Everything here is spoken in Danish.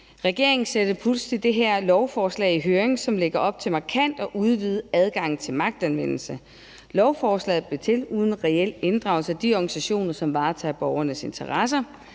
Regeringen satte pludselig det her lovforslag, som lægger op til markant og udvidet adgang til magtanvendelse, i høring. Lovforslaget blev til uden reel inddragelse af de organisationer, som varetager borgernes interesser,